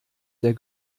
der